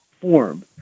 form